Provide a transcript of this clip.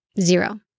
Zero